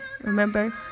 Remember